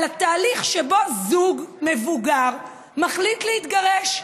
התהליך שבו זוג מבוגר מחליט להתגרש.